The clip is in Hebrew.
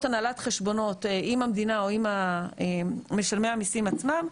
הנהלת חשבונות עם המדינה או עם משלמי המיסים עצמם,